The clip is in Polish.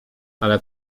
ale